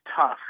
tough